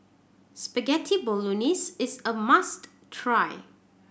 Spaghetti Bolognese is a must try